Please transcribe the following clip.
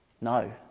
No